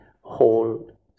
whole